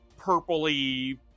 purpley